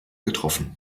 getroffen